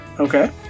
Okay